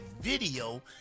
video